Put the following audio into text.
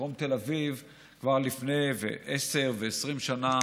דרום תל אביב כבר לפני 10 ו-20 שנה